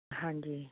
ਹਾਂਜੀ